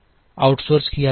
outsource किया जाएगा